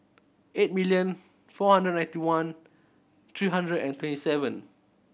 eight million four hundred ninety one three hundred and twenty seven